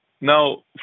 Now